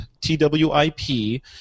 T-W-I-P